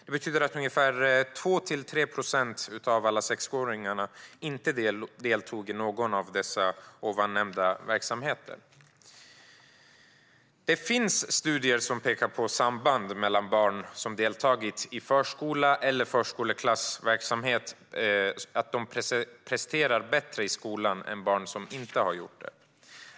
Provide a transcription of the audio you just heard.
Det betyder att ungefär 2-3 procent av alla sexåringar inte deltog i någon av dessa verksamheter. Det finns studier som pekar på att barn som deltagit i förskola eller förskoleklassverksamhet presterar bättre i skolan än barn som inte har gjort det.